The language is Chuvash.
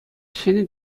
ҫӗнӗ